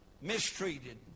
mistreated